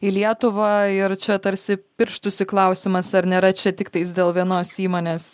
į lietuvą ir čia tarsi pirštųsi klausimas ar nėra čia tiktais dėl vienos įmonės